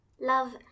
Love